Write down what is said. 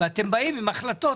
ואתם באים עם החלטות.